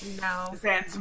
No